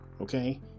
Okay